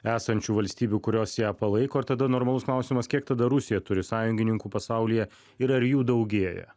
esančių valstybių kurios ją palaiko ir tada normalus klausimas kiek tada rusija turi sąjungininkų pasaulyje ir ar jų daugėja